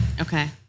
okay